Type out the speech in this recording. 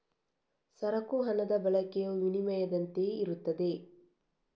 ಸರಕು ಹಣದ ಬಳಕೆಯು ವಿನಿಮಯದಂತೆಯೇ ಇರುತ್ತದೆ